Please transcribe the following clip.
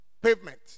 pavement